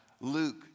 Luke